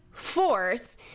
force